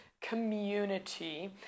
community